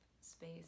space